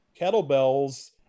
kettlebells